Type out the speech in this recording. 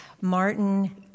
Martin